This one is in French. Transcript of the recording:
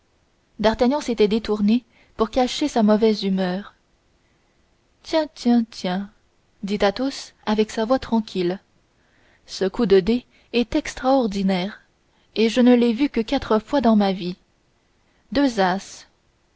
d'artagnan s'était détourné pour cacher sa mauvaise humeur tiens tiens tiens dit athos avec sa voix tranquille ce coup de dés est extraordinaire et je ne l'ai vu que quatre fois dans ma vie deux